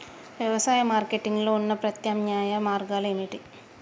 వ్యవసాయ మార్కెటింగ్ లో ఉన్న ప్రత్యామ్నాయ మార్గాలు ఏమిటి?